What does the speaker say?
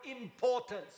importance